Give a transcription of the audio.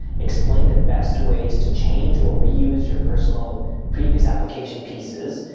explain the best ways to change or reuse your personal previous application pieces,